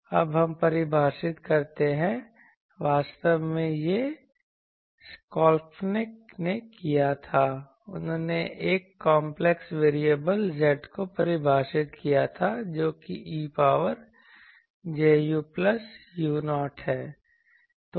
अब हम परिभाषित करते हैं वास्तव में यह स्केल्कोनॉफ ने किया था उन्होंने एक कांपलेक्स वेरिएबल Z को परिभाषित किया था जो कि e power j u plus u0 है